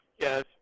Yes